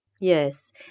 Yes